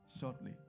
shortly